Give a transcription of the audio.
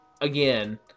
again